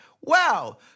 Wow